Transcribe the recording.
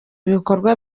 ibikorwa